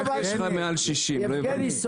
יבגני,